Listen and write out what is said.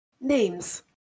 Names